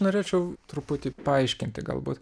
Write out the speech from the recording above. norėčiau truputį paaiškinti galbūt